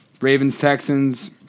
Ravens-Texans